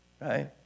right